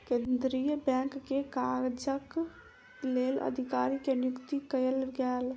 केंद्रीय बैंक के काजक लेल अधिकारी के नियुक्ति कयल गेल